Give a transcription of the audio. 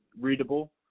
readable